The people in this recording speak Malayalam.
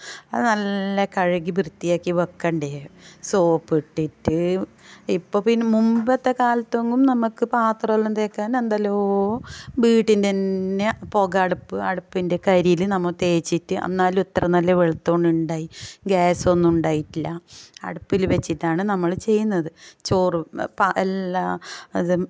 അത് നല്ല കഴുകി വൃത്തിയാക്കി വയ്ക്കേണ്ടേ സോപ്പിട്ടിട്ട് ഇപ്പോൾ പിന്നെ മുന്പത്തെ കാലത്തൊന്നും നമുക്ക് പാത്രങ്ങൾ തേക്കാൻ എന്തെല്ലോ വീട്ടിന്റെ തന്നെ പുക അടുപ്പ് അടുപ്പിൻ്റെ കരിയിൽ നമ്മൾ തേച്ചിട്ട് എന്നാലും എത്ര നല്ലോം വെളുത്തോണ്ട് ഉണ്ടായി ഗ്യാസ് ഒന്നും ഉണ്ടായിട്ടില്ല അടുപ്പിൽ വെച്ചിട്ടാണ് നമ്മൾ ചെയ്യുന്നത് ചോറും എല്ലാം ഇതും